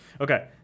Okay